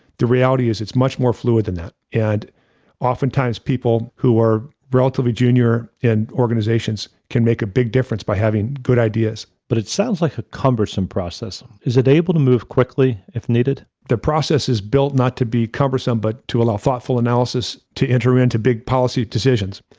the reality is, it's much more fluid than that. and oftentimes, people who are relatively junior in organizations can make a big difference by having good ideas. but it sounds like a cumbersome process is it able to move quickly if needed? the process is built not to be cumbersome, but to allow thoughtful analysis to enter into big policy decisions.